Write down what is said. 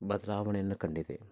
ಬದಲಾವಣೆಯನ್ನು ಕಂಡಿದೆ